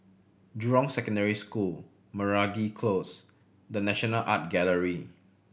Jurong Secondary School Meragi Close The National Art Gallery